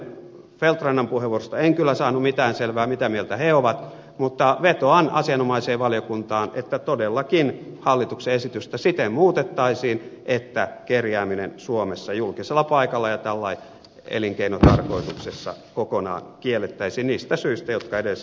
feldt rannan puheenvuorosta en kyllä saanut mitään selvää mitä mieltä he ovat niin vetoan asianomaiseen valiokuntaan että todellakin hallituksen esitystä siten muutettaisiin että kerjääminen suomessa julkisella paikalla ja tällä tavalla elinkeinotarkoituksessa kokonaan kiellettäisiin niistä syistä jotka edellisessä puheenvuorossani sanoin